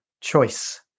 choice